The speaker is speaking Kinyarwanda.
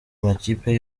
amakipe